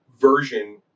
version